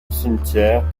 cimetière